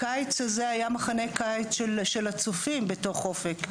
הקיץ הזה היה מחנה קיץ של הצופים בתוך אופק.